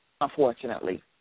Unfortunately